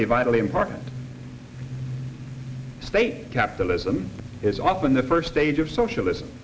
be vitally important state capitalism is often the first stage of socialism